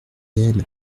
yaël